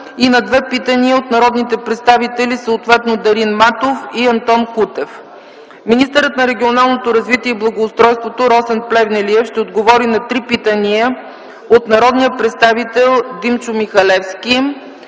и на две питания от народните представители Дарин Матов и Антон Кутев. Министърът на регионалното развитие и благоустройството Росен Плевнелиев ще отговори на три питания от народния представител Димчо Михалевски.